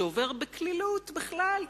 שעובר בקלילות בכלל,